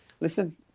listen